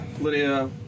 Lydia